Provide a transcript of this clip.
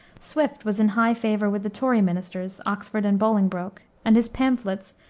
swift was in high favor with the tory ministers, oxford and bolingbroke, and his pamphlets,